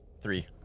Three